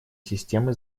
системы